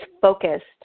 focused